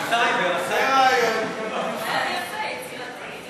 רעיון יפה, יצירתי.